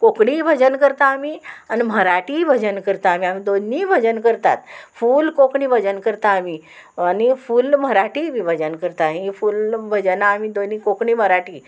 कोंकणीय भजन करता आमी आनी मराठीय भजन करता आमी आमी दोनीय भजन करतात फूल कोंकणी भजन करता आमी आनी फूल मराठीय बी भजन करता ही फूल भजनां आमी दोनी कोंकणी मराठी